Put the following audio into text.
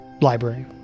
library